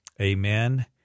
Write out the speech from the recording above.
Amen